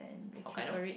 Hokkaido